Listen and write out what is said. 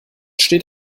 steht